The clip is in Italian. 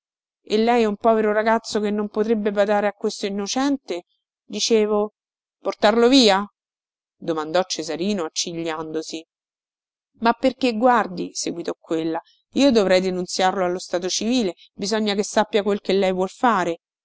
e lei è un povero ragazzo che non potrebbe badare a questo innocente dicevo portarlo via domandò cesarino accigliandosi ma perché guardi seguitò quella io dovrei denunziarlo allo stato civile bisogna che sappia quel che lei vuol fare